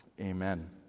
Amen